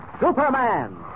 Superman